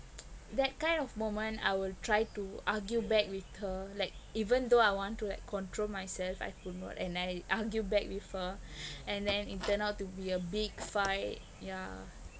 that kind of moment I will try to argue back with her like even though I want to like control myself I could not and I argue back with her and then it turn out to be a big fight yeah